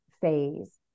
phase